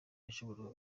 byashoboraga